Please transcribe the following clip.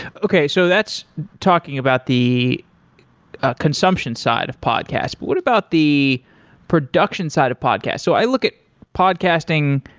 okay. so that's talking about the consumption side of podcast. but what about the production side of podcast? so i look at podcasting,